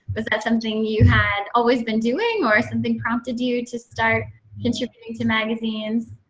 was that something you had always been doing? or something prompted you to start contributing to magazines?